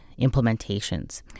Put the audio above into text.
implementations